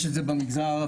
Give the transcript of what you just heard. יש את זה במגזר הערבי,